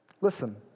Listen